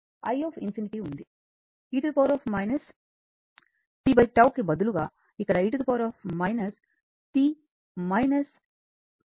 i∞ ఉంది e tτ కి బదులుగా ఇక్కడ e τ ఉంటుంది